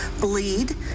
bleed